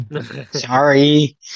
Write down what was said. sorry